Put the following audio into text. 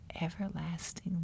everlasting